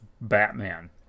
batman